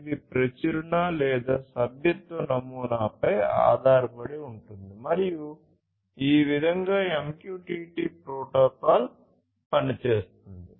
ఇది ప్రచురణ సభ్యత్వ నమూనాపై ఆధారపడి ఉంటుంది మరియు ఈ విధంగా MQTT ప్రోటోకాల్ పనిచేస్తుంది